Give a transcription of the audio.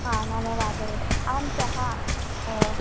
नववादने अहं श्वः